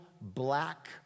black